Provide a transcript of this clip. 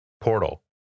portal